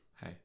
Hey